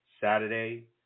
saturday